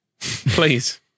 Please